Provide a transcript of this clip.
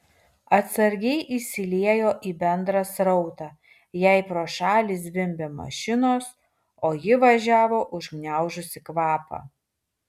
atsargiai įsiliejo į bendrą srautą jai pro šalį zvimbė mašinos o ji važiavo užgniaužusi kvapą